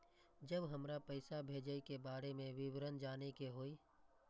जब हमरा पैसा भेजय के बारे में विवरण जानय के होय?